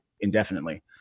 indefinitely